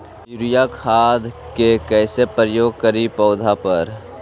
Urea खाद के कैसे प्रयोग करि पौधा पर?